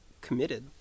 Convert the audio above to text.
Committed